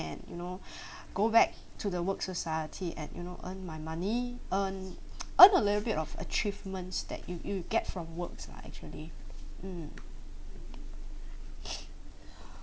and you know go back to the work society and you know earn my money earn earn a little bit of achievements that you you get from works lah actually um